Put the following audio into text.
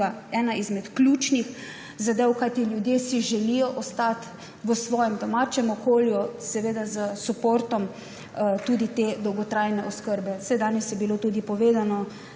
ena izmed ključnih zadev, kajti ljudje si želijo ostati v svojem domačem okolju, seveda s suportom tudi te dolgotrajne oskrbe. Danes je bilo tudi povedano,